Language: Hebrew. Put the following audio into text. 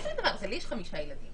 לי יש חמישה ילדים.